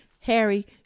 harry